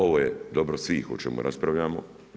Ovo je dobro svih o čemu raspravljamo.